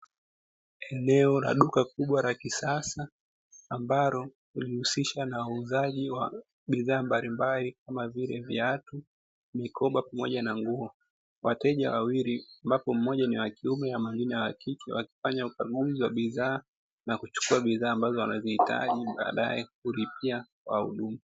Eneo la duka kubwa la kisasa ambalo linahusisha na wauzaji wa bidhaa mbalimbali kama vile viatu, mikoba pamoja na nguo. Wateja wawili ambapo mmoja ni wakiume na mwingine wakike wakifanya ukaguzi wa bidhaa na kuchukua bidhaa ambazo wanazihitaji na baadae kulipia kwa huduma.